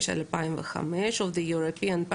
גם הסעיף הזה של ההקלה יאושר